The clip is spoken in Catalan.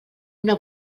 una